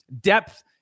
depth